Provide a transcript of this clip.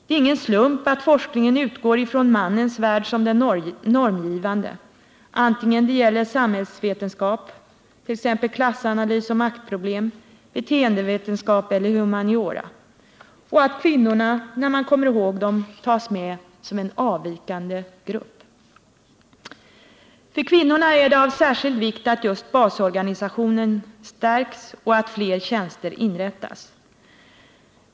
Det är ingen slump att forskningen utgår ifrån mannens värld som den normgivande, vare sig det gäller samhällsvetenskap —t.ex. klassanalys och maktproblem —, beteendevetenskap eller humaniora och att kvinnorna, när man kommer ihåg dem, tas med som en avvikande grupp. För kvinnorna är det av särskild vikt att just basorganisationen stärks och att fler tjänster inrättas.